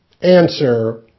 Answer